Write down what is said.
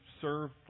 serve